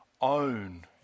Own